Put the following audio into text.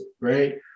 right